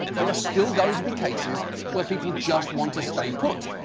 there are still going to be cases where people just want to stay put.